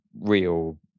real